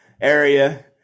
area